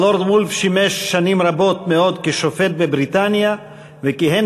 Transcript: הלורד וולף שימש שנים רבות מאוד כשופט בבריטניה וכיהן